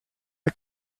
not